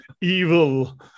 evil